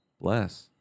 Bless